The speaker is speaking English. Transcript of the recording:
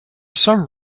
some